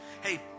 Hey